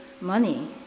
money